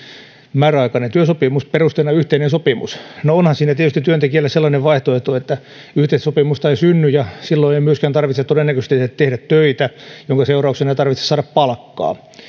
määräaikainen työsopimus perusteena yhteinen sopimus no onhan siinä tietysti työntekijällä sellainen vaihtoehto että yhteistä sopimusta ei synny ja silloin ei myöskään tarvitse todennäköisesti tehdä töitä minkä seurauksena ei tarvitse saada palkkaa